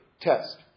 test